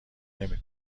نمی